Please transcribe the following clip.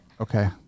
Okay